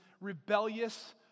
rebellious